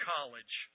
College